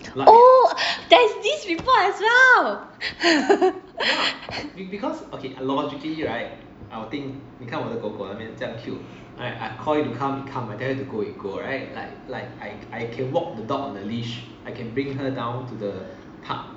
oh there's this report as well